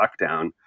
lockdown